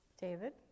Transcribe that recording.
David